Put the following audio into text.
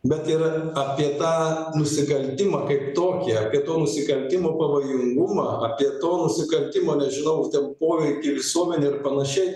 bet ir apie tą nusikaltimą kaip tokį apie to nusikaltimo pavojingumą apie to nusikaltimo nežinau ten poveikį visuomenei ir panašiai